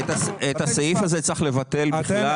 את הסעיף הזה צריך לבטל, בכלל.